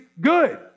good